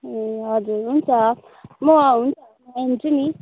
ए हजुर हुन्छ म हुन्छ आउँछु नि